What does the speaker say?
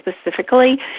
specifically